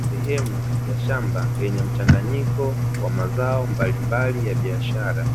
Sehemu ya shamba yenye mchanganyiko wa mazao mbalimbali ya biashara,